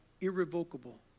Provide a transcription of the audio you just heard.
irrevocable